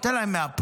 ניתן להם מאפריל,